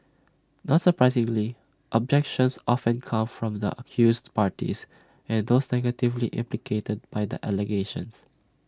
not surprisingly objections often come from the accused parties and those negatively implicated by the allegations